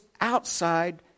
outside